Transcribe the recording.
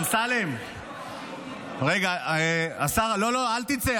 אמסלם, לא, לא, אל תצא.